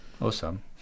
awesome